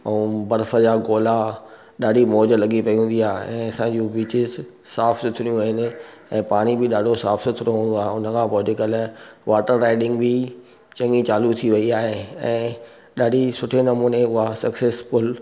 ऐं बर्फ़ जा गोला ॾाढी मौज लॻी पई हूंदी आहे ऐं असां जूं बिचिस साफ़ सुथरियूं आहिनि ऐं पाणी बी ॾाढो साफ़ सुथरो हूंदो आहे हुन खां पोइ अॼु कल्ह वाटर राइडिंग बि चंङी चालू थी वई आहे ऐं ॾाढी सुठे नमूने उहा सक्सेसफुल